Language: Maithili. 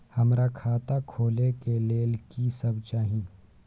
हमरा खाता खोले के लेल की सब चाही?